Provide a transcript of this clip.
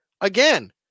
again